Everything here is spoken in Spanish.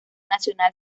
nacional